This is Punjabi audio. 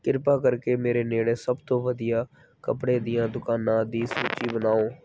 ਕਿਰਪਾ ਕਰਕੇ ਮੇਰੇ ਨੇੜੇ ਸਭ ਤੋਂ ਵਧੀਆ ਕੱਪੜੇ ਦੀਆਂ ਦੁਕਾਨਾਂ ਦੀ ਸੂਚੀ ਬਣਾਓ